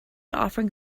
offering